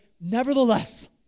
nevertheless